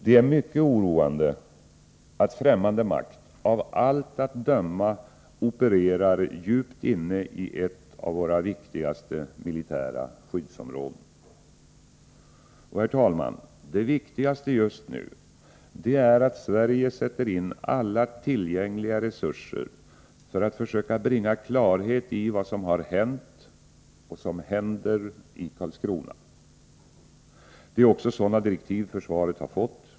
Det är mycket oroande att ftämmande makt av allt att döma opererar djupt inne i ett av våra viktigaste militära skyddsområden. Herr talman! Det viktigaste just nu är att Sverige sätter in alla tillgängliga resurser för att försöka bringa klarhet i vad som har hänt och händer i Karlskrona. Det är också sådana direktiv försvaret har fått.